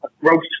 gross